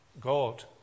God